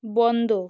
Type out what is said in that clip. বন্ধ